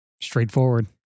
straightforward